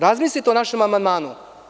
Razmislite o našem amandmanu.